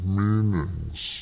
meanings